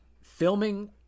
Filming